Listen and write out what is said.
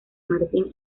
martín